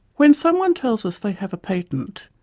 when someone tells us they have a patent,